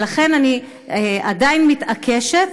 לכן אני עדיין מתעקשת,